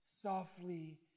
softly